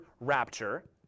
rapture